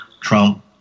Trump